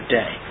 day